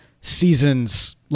season's